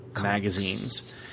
Magazines